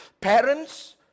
Parents